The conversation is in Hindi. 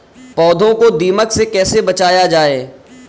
पौधों को दीमक से कैसे बचाया जाय?